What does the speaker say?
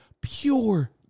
pure